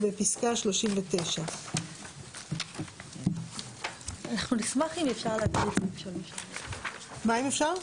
בפסקה 39. אנחנו נשמח אם אפשר יהיה להקריא את זה עם 3א. מה אם אפשר?